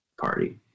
party